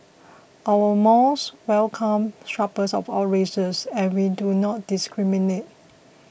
our malls welcome shoppers of all races and we do not discriminate